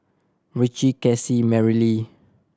Ritchie Cassie Merrily